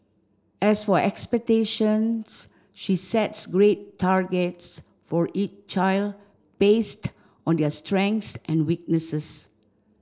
as for expectations she sets grade targets for each child based on their strengths and weaknesses